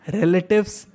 relatives